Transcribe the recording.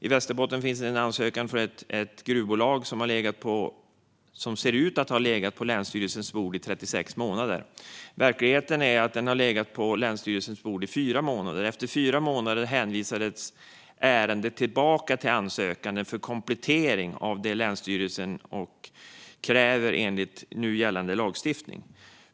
I Västerbotten finns en ansökan för ett gruvbolag som ser ut att ha legat på länsstyrelsens bord i 36 månader. Verkligheten är att den har legat på länsstyrelsens bord i fyra månader. Efter fyra månader hänvisades ärendet tillbaka till den sökande för komplettering som länsstyrelsen kräver enligt nu gällande lagstiftning.